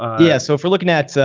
ah yeah. so if you're looking at, so